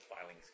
filing